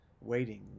waiting